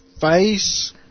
face